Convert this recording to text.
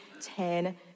Ten